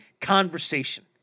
conversation